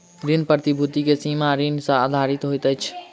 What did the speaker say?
ऋण प्रतिभूति के सीमा ऋण सॅ आधारित होइत अछि